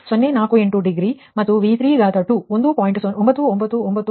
048 degree ಮತ್ತು V32 1